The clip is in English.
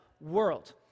world